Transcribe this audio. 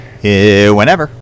Whenever